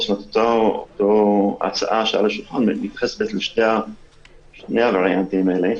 אותה הצעה שעל השולחן מתייחסת לשני הווריאנטים האלה.